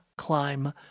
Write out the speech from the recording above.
climb